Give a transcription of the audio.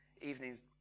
evenings